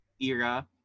era